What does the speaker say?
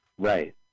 Right